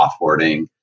offboarding